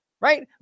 Right